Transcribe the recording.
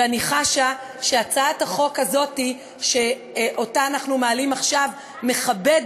ואני חשה שהצעת החוק הזאת שאנחנו מעלים עכשיו מכבדת